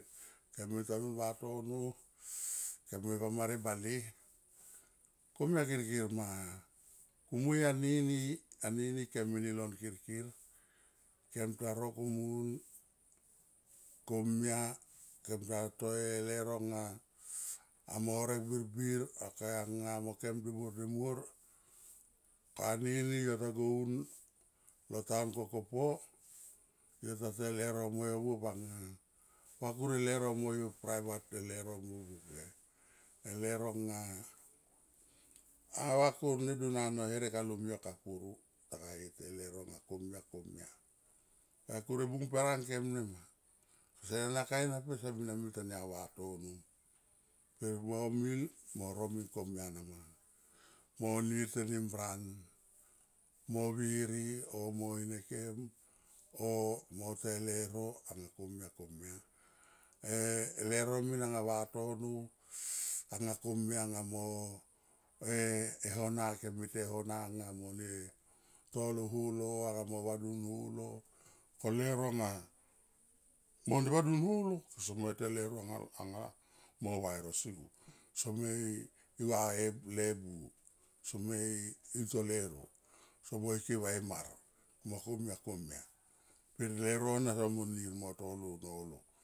Kem me tanun vatono kem me vamar e bale komia kirkir ma ku mui anini, anini kem eni lon kirkir kem ta ro komun komia kem ta to e leuro nga amo horek birbir okay ang mokem demuor, demuor ko anini yo ta go un lo town kokopo yo ta te e leuro mo yo buop anga va kur e leuro mo yo private e leuro mo yo e leuro nga ava kur nedun ano herek alumyo kapuru ta ga ye te leuro nga komia, komia va kur e bung per angkem nema kese na kai ena pe somina mil tania vatono pe mo mil mo ro min komia na ma mo nir tenimran, mo viri o mo in ha kem o mo te leuro anga komia, komia. Eleuro mi anga vatono anga komia anga mo e ehona kem me te hona anga mone tolo holo anga mo vadun holo ko leuro nga mo ne vadun holo soma et eleuro anga mo va e rosi go some i gua e le buo, some i to leuro somo ike va e mar mo komia, komia per leuro na somo nir mo tolo tolo.